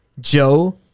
Joe